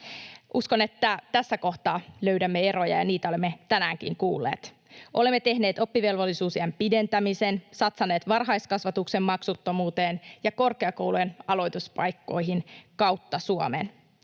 Uskon, että tässä kohtaa löydämme eroja, ja niitä olemme tänäänkin kuulleet. Olemme tehneet oppivelvollisuusiän pidentämisen, satsanneet varhaiskasvatuksen maksuttomuuteen ja korkeakoulujen aloituspaikkoihin kautta Suomen.